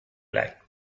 black